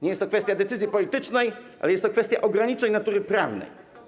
Nie jest to kwestia decyzji politycznej, tylko kwestia ograniczeń natury prawnej.